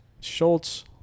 Schultz